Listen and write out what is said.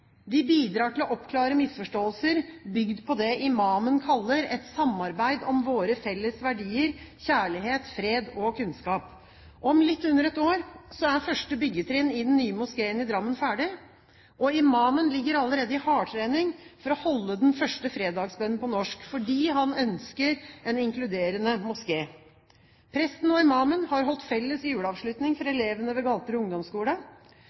De bidrar til å oppklare misforståelser, bygd på det imamen kaller et samarbeid om våre felles verdier, kjærlighet, fred og kunnskap. Om litt under et år er første byggetrinn i den nye moskeen i Drammen ferdig, og imamen ligger allerede i hardtrening for å holde den første fredagsbønnen på norsk, fordi han ønsker en inkluderende moské. Presten og imamen har holdt felles juleavslutning for elevene ved Galterud ungdomsskole.